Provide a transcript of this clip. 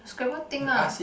scrabble thing ah